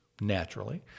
naturally